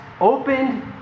opened